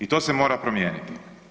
I to se mora promijeniti.